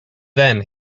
then